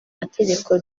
mategeko